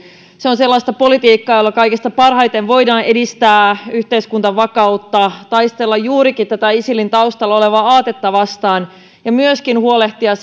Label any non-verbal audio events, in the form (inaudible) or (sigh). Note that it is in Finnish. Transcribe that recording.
se on sellaista politiikkaa jolla kaikista parhaiten voidaan edistää yhteiskuntavakautta taistella juurikin tätä isilin taustalla olevaa aatetta vastaan ja myöskin huolehtia (unintelligible)